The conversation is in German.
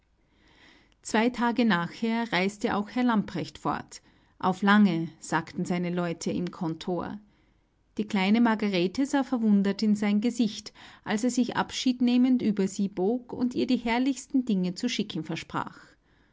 zwei tage nachher reiste auch herr lamprecht fort auf lange sagten seine leute im kontor die kleine margarete sah verwundert in sein gesicht als er sich abschied nehmend über sie bog und ihr die herrlichsten dinge zu schicken versprach